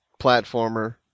platformer